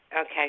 Okay